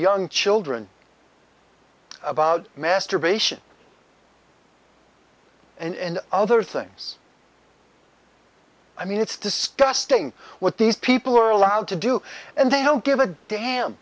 young children about masturbation and other things i mean it's disgusting what these people are allowed to do and they don't give a damn